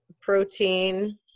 protein